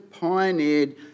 pioneered